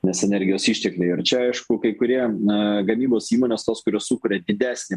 nes energijos ištekliai ir čia aišku kai kurie na gamybos įmonės tos kurios sukuria didesnę